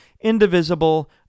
indivisible